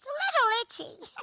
little itchy.